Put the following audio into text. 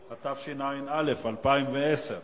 בעד, 14, אין מתנגדים ואין נמנעים.